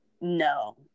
No